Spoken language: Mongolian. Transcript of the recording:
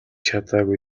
чадаагүй